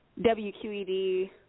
WQED